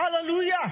Hallelujah